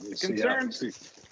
Concerns